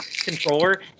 controller